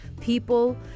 people